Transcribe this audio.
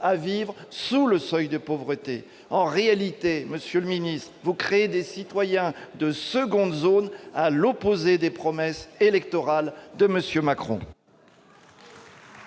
à vivre sous le seuil de pauvreté. En réalité, monsieur le secrétaire d'État, vous créez des citoyens de seconde zone, à rebours des promesses électorales de M. Macron.